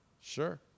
Sure